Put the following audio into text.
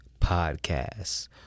podcast